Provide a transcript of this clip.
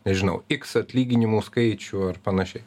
nežinau iks atlyginimų skaičių ar panašiai